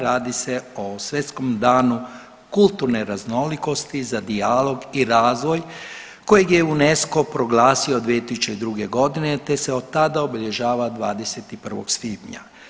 Radi se o Svjetskom danu kulturne raznolikosti za dijalog i razvoj kojeg je UNESCO proglasio 2002. godine te se od tada obilježava 21. svibnja.